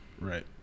Right